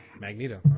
Magneto